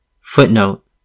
Footnote